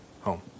home